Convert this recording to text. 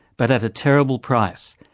but at a terrible price.